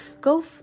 go